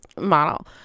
model